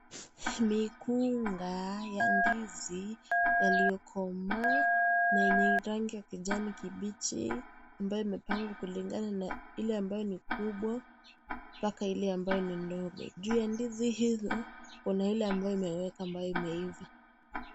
Mikunga ya ndizi yaliyokomaa na yenye rangi ya kijani kibichi ambayo imepangwa kulingana na ile ambayo ni kubwa mpaka ile ambayo ni ndogo, juu ya ndizi hizo kuna ile ambayo imeweka ambayo imeiva.